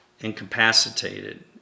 incapacitated